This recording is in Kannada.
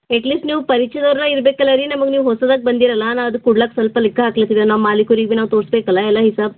ಎಟ್ ಲೀಸ್ಟ್ ನೀವು ಪರಿಚಯದವರೋ ಇರಬೇಕಲ್ಲ ರೀ ನಮಗೆ ನೀವು ಹೊಸದಾಗಿ ಬಂದೀರಲ್ಲ ನಾನು ಅದಕ್ಕೆ ಕೊಡ್ಲಾಕ್ಕ ಸ್ವಲ್ಪ ಲೆಕ್ಕ ಹಾಕ್ಲಿಕ್ಕೆ ಇದೆ ನಮ್ಮ ಮಾಲೀಕರಿಗೆ ನಾವು ತೋರಿಸ್ಬೇಕಲ್ಲ ಎಲ್ಲ ಹಿಸಾಬ್